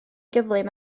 gyflym